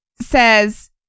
says